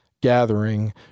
gathering